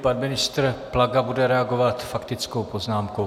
Pan ministr Plaga bude reagovat faktickou poznámkou.